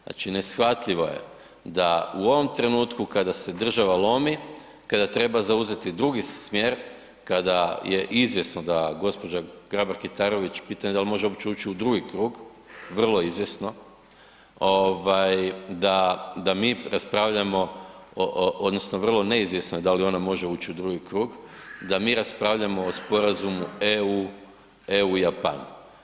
Znači neshvatljivo je da u ovom trenutku kada se država lomi, kada treba zauzeti drugi smjer, kada je izvjesno da gospođa Grabar Kitarović, pitanje da li uopće može ući u drugi krug, vrlo izvjesno ovaj da mi raspravljamo, odnosno vrlo neizvjesno je da li ona može ući u drugi krug, da mi raspravljamo o Sporazumu EU, EU Japan.